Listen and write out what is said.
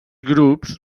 grups